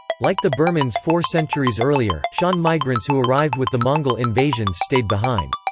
like the burmans four centuries earlier, shan migrants who arrived with the mongol invasions stayed behind.